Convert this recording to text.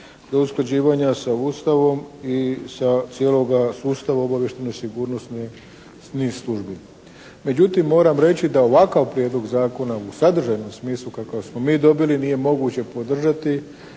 do usklađivanja sa Ustavom i sa cijelim sustavom obavještajno-sigurnosnih službi. Međutim moram reći da ovakav prijedlog zakona u sadržajnom smislu kakav smo mi dobili nije moguće podržati